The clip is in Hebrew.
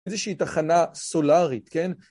איזושהי תחנה סולארית, כן?